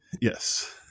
yes